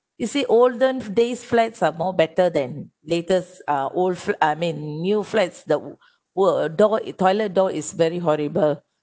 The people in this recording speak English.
you see olden days flats are more better than latest uh latest old flat I mean new flats the uh door toilet door is very horrible